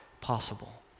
possible